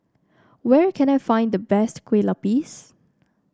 where can I find the best Kue Lupis